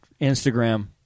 Instagram